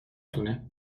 تونه